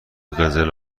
قزل